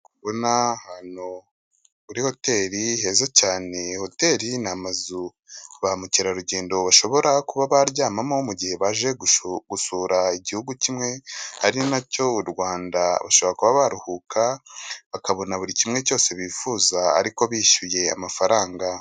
Ahantu kuri hoteli heza cyane, hoteli ni amazu ba mukerarugendo bashobora kuba baryamamo mu gihe baje gusura igihugu kimwe ari nacyo u rwanda. Bashobora kuba baruhuka bakabona buri kimwe cyose bifuza ariko bishyuye amafaranga.